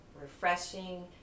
refreshing